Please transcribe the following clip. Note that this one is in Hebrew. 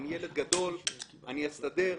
אני ילד גדול, אני אסתדר.